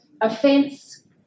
offence